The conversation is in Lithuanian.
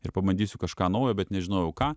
ir pabandysiu kažką naujo bet nežinojau ką